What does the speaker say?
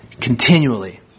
continually